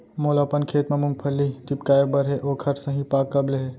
मोला अपन खेत म मूंगफली टिपकाय बर हे ओखर सही पाग कब ले हे?